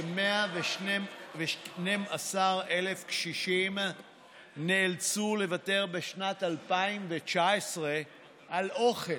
כ-112,000 קשישים נאלצו לוותר בשנת 2019 על אוכל,